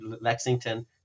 Lexington